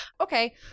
okay